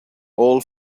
all